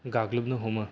गाग्लोबनो हमो